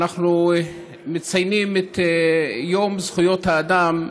אנחנו מציינים את יום זכויות האדם,